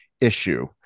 issue